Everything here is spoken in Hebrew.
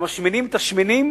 שמשמינים את השמנים